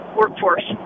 workforce